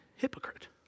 Hypocrite